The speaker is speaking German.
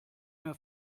mehr